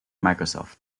microsoft